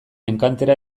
enkantera